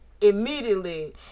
immediately